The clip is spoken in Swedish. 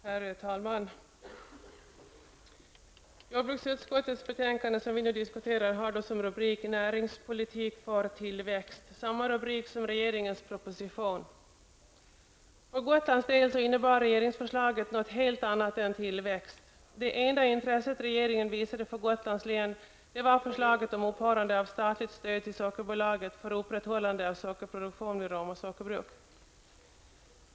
Herr talman! Jordbruksutskottets betänkande, som vi nu diskuterar, har som rubrik Näringspolitik för tillväxt. Det är samma rubrik som regeringens proposition. För Gotlands del innebar regeringsförslaget något helt annat än tillväxt. Det enda intresse regeringen visade för Gotlands län var förslaget om upphörande av statligt stöd till Sockerbolaget för upprätthållande av sockerproduktion vid Roma sockerbruk.